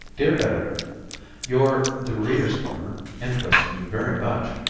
dear editor your the readers' corner interests me very much.